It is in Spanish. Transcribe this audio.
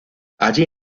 allí